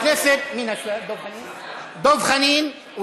דב חנין?